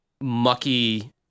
mucky